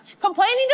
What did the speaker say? Complaining